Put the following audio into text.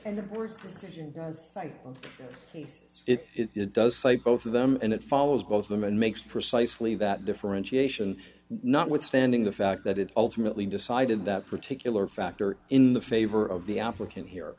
case it does cite both of them and it follows both of them and makes precisely that differentiation notwithstanding the fact that it ultimately decided that particular factor in the favor of the applicant here